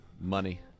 Money